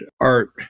art